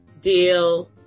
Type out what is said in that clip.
deal